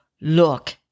look